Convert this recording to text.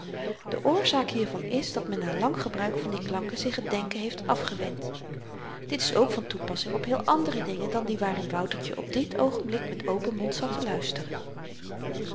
de oorzaak hiervan is dat men na lang gebruik van die klanken zich t denken heeft afgewend dit is ook van toepassing op heel andere kringen dan die waarin woutertje op dit oogenblik met open mond zat te luisteren